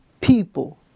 people